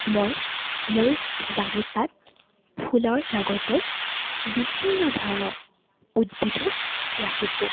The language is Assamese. মই মোৰ বাগিচাত ফুলৰ লগতে বিভিন্ন ধৰণৰ উদ্ভিদো ৰাখিছোঁ